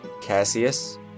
Cassius